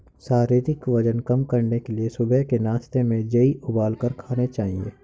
शारीरिक वजन कम करने के लिए सुबह के नाश्ते में जेई उबालकर खाने चाहिए